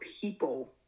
people